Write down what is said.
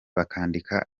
bakandika